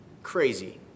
crazy